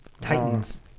Titans